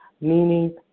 meaning